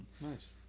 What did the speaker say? nice